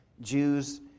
Jews